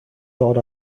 thought